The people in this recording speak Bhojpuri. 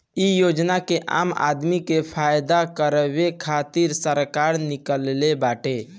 इ योजना के आम आदमी के फायदा करावे खातिर सरकार निकलले बाटे